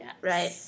right